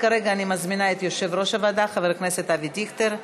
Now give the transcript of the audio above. כרגע אני מזמינה את יושב-ראש הוועדה חבר הכנסת אבי דיכטר,